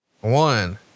One